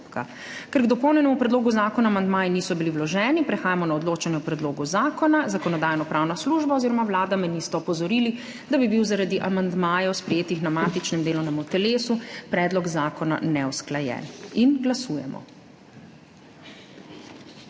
Ker k dopolnjenemu predlogu zakona amandmaji niso bili vloženi, prehajamo na odločanje o predlogu zakona. Zakonodajno-pravna služba oziroma Vlada me nista opozorili, da bi bil zaradi amandmajev, sprejetih na matičnem delovnem telesu, predlog zakona neusklajen. Glasujemo.